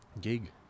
Gig